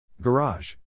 Garage